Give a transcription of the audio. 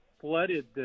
flooded